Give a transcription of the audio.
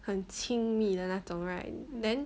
很亲密的那种 right then